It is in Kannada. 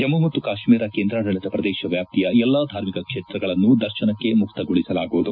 ಜಮ್ಮ ಮತ್ತು ಕಾಶ್ಮೀರ ಕೇಂದ್ರಾಡಳಿತ ಪ್ರದೇಶ ವ್ಯಾಪ್ತಿಯ ಎಲ್ಲಾ ಧಾರ್ಮಿಕ ಕ್ಷೇತ್ರಗಳನ್ನು ದರ್ಶನಕ್ಕೆ ಮುಕ್ತಗೊಳಿಸಲಾಗುವುದು